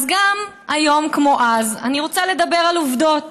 אז גם היום, כמו אז, אני רוצה לדבר על עובדות